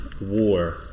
war